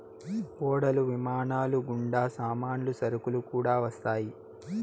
ఓడలు విమానాలు గుండా సామాన్లు సరుకులు కూడా వస్తాయి